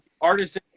artists